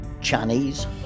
Chinese